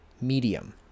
medium